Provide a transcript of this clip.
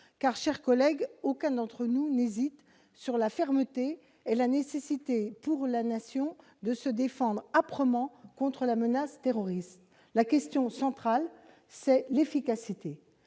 car, chers collègues, aucun d'entre nous n'hésite sur la fermeté et la nécessité pour la nation de se défendre âprement contre la menace terroriste, la question centrale, c'est l'efficacité,